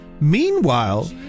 Meanwhile